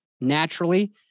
naturally